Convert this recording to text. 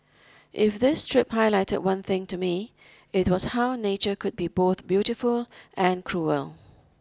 if this trip highlighted one thing to me it was how nature could be both beautiful and cruel